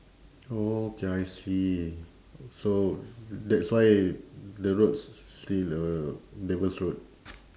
okay I see so that's why the roads still uh devil's road